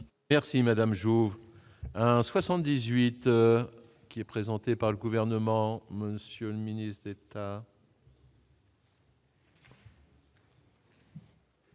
Merci madame joue en 78 qui est présenté par le gouvernement, monsieur le ministre.